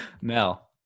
Mel